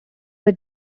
were